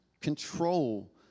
control